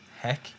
Heck